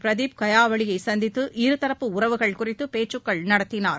பிரதீப் கயாவளியை சந்தித்து இருதரப்பு உறவுகள் குறித்து பேச்சுக்கள் நடத்தினார்